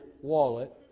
wallet